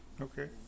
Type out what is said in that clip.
okay